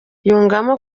yungamo